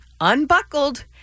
unbuckled